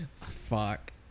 Fuck